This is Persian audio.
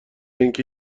اینکه